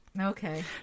Okay